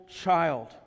child